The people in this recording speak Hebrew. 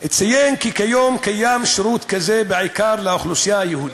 אציין כי היום קיים שירות כזה בעיקר לאוכלוסייה היהודית,